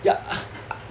yeah I